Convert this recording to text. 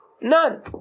None